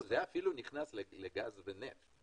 זה אפילו נכנס לקטגוריה של גז ונפט.